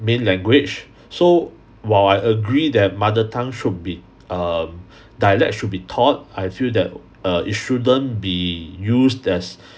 main language so while I agree that mother tongue should be um dialect should be taught I feel that uh it shouldn't be used as